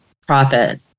profit